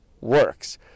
works